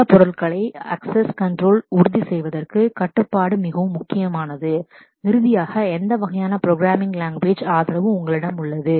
பிற பொருட்களை access control access control உறுதி செய்வதற்கு கட்டுப்பாடு மிகவும் முக்கியமானது இறுதியாக எந்த வகையான ப்ரோக்ராமிங் லாங்குவேஜ் programming language ஆதரவு உங்களிடம் உள்ளது